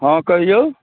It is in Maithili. हँ कहियौ